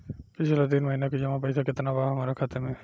पिछला तीन महीना के जमा पैसा केतना बा हमरा खाता मे?